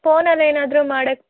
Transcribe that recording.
ಫೋನಲ್ಲಿ ಏನಾದರು ಮಾಡಕ್ಕೆ